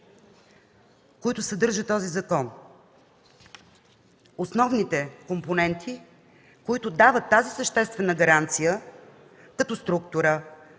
които съдържа този закон, основните компоненти, които дават тази съществена гаранция като структура,